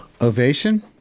Ovation